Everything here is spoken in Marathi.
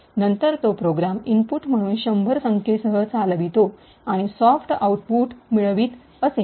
नंतर तो प्रोग्राम इनपुट म्हणून शंभर संख्येसह चालवितो आणि सॉर्ट आउटपुट मिळवित असे